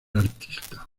artista